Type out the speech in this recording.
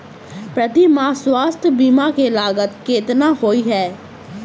प्रति माह स्वास्थ्य बीमा केँ लागत केतना होइ है?